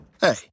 Hey